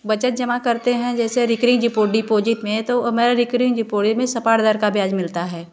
बचत जमा करते हैं जैसे रिकरिंग डिपॉजिट में तो हमारा रिकरिंग डिपॉजिट में सामान दर का ब्याज मिलता है